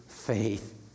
faith